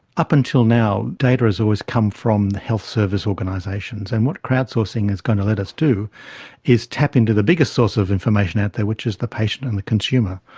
up until now data has always come from health service organisations, and what crowd-sourcing is going to let us do is tap into the bigger source of information out there which is the patient and the consumer.